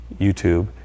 YouTube